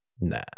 Nah